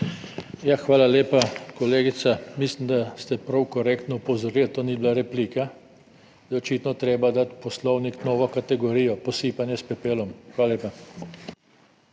Ja, hvala lepa. Kolegica, mislim, da ste prav korektno opozorili. To ni bila replika. Je očitno treba dati v Poslovnik novo kategorijo Posipanje s pepelom. Hvala lepa.